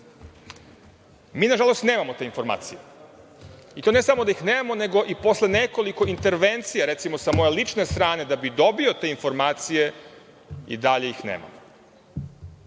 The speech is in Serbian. Mi, nažalost, nemamo te informacije, i to ne samo da ih nemamo, nego i posle nekoliko intervencija, recimo, sa moje lične strane, da bih dobio te informacije, i dalje ih nemamo. Kako